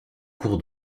cours